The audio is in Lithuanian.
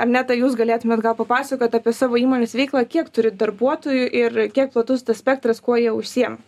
arneta jūs galėtumėt gal papasakot apie savo įmonės veiklą kiek turit darbuotojų ir kiek platus ta spektras kuo jie užsiema